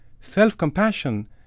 Self-compassion